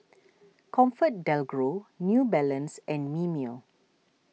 ComfortDelGro New Balance and Mimeo